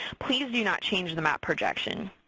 please do not change the map projection.